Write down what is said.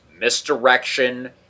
misdirection